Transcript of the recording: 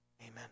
Amen